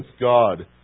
God